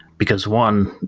because one,